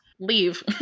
leave